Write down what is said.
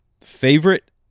Favorite